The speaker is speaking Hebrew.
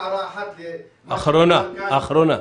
הערה אחרונה.